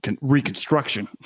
reconstruction